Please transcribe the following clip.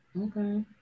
Okay